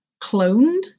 cloned